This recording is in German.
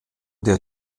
der